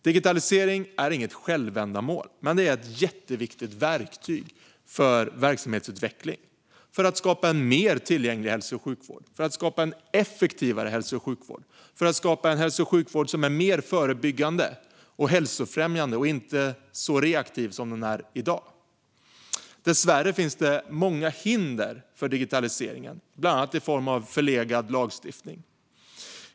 Digitalisering är inget självändamål, men det är ett jätteviktigt verktyg för verksamhetsutveckling, för att skapa en mer tillgänglig hälso och sjukvård, för att skapa en effektivare hälso och sjukvård och för att skapa en hälso och sjukvård som är mer förebyggande, hälsofrämjande och inte så reaktiv som den är i dag. Dessvärre finns det många hinder för digitaliseringen i form av bland annat förlegad lagstiftning.